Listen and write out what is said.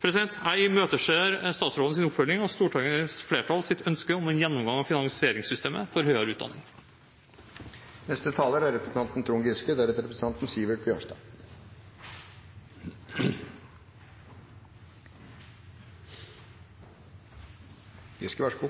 Jeg imøteser statsrådens oppfølging av stortingsflertallets ønske om en gjennomgang av finansieringssystemet for høyere utdanning. Saksordføreren beskrev på en god måte bakteppet for denne diskusjonen, at utdanning og forskning er